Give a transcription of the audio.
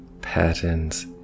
patterns